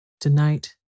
Tonight